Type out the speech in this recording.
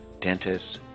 dentists